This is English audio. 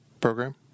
program